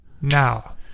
now